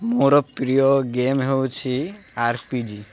ମୋର ପ୍ରିୟ ଗେମ୍ ହେଉଛି ଆର୍ ପି ଜି